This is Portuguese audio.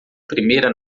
primeira